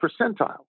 percentile